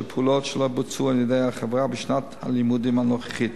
פעולות שלא בוצעו על-ידי החברה בשנת הלימודים הנוכחית.